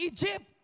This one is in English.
Egypt